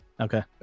okay